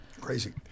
crazy